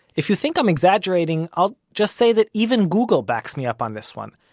if you think i'm exaggerating, i'll just say that even google backs me up on this one.